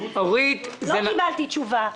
לא קיבלתי תשובה.